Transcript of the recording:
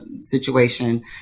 situation